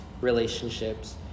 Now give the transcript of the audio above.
relationships